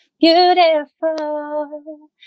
beautiful